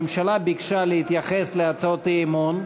הממשלה ביקשה להתייחס להצעות אי-אמון,